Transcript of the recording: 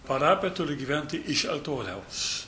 parapija turi gyventi iš altoriaus